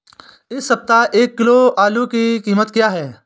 इस सप्ताह एक किलो आलू की कीमत क्या है?